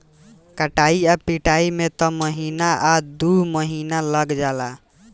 कटाई आ पिटाई में त महीना आ दु महीना लाग जाला